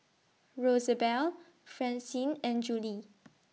Rosabelle Francine and Julie